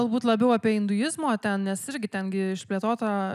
galbūt labiau apie induizmo ten nes irgi ten gi išplėtota